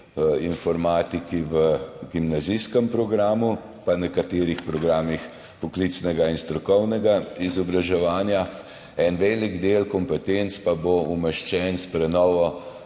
informatiki v gimnazijskem programu, pa tudi nekaterih programih poklicnega in strokovnega izobraževanja. En velik del kompetenc pa bo umeščen s prenovo